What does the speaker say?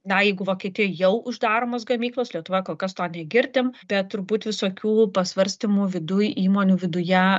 na jeigu vokietijoj jau uždaromos gamyklos lietuvoj kol kas to negirdim bet turbūt visokių pasvarstymų viduj įmonių viduje